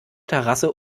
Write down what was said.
terrasse